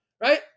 right